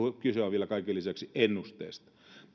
kyse on vielä kaiken lisäksi ennusteesta